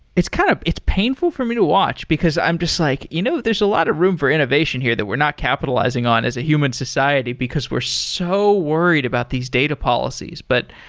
it's kind of it's painful for me to watch, because i'm just like, you know, there's a lot of room for innovation here that we're not capitalizing on as a human society, because we're so worried about these data policies. but,